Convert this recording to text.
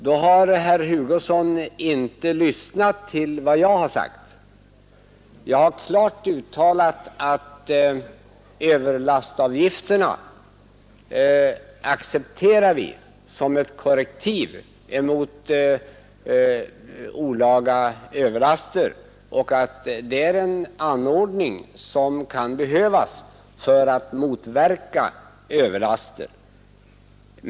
Då har herr Hugosson inte lyssnat till vad jag har sagt. Jag har klart uttalat att vi accepterar överlastavgifterna som ett korrektiv mot olaga överlaster och att det är en anordning som kan Nr 92 behövas för att motverka överlaster.